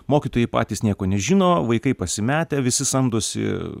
mokytojai patys nieko nežino vaikai pasimetę visi samdosi